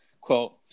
quote